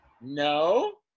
No